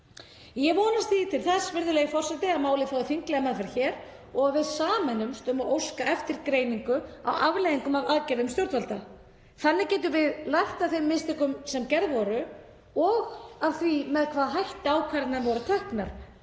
Ég vonast því til þess, virðulegi forseti, að málið fái þinglega meðferð og að við sameinumst um að óska eftir greiningu á afleiðingum af aðgerðum stjórnvalda. Þannig getum við lært af þeim mistökum sem gerð voru og af því með hvaða hætti ákvarðanirnar voru teknar